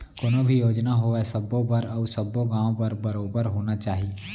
कोनो भी योजना होवय सबो बर अउ सब्बो गॉंव बर बरोबर होना चाही